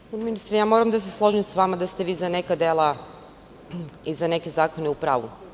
Gospodine ministre, moram da se složim sa vama da ste vi za neka dela i za neke zakone u pravu.